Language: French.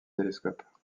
télescope